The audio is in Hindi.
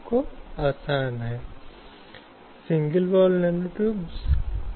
हालांकि उन पारंपरिक समझ और बाधाओं को पिछले कुछ वर्षों में तोड़ दिया गया है